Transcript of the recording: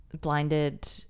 blinded